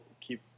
keep